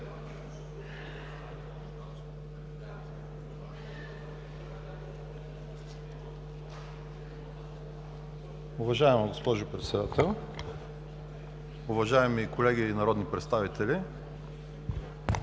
Уважаема госпожо Председател, уважаеми колеги народни представители!